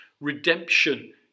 redemption